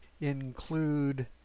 include